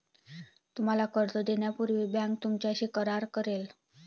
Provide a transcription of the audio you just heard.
तुम्हाला कर्ज देण्यापूर्वी बँक तुमच्याशी करार करेल